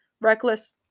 reckless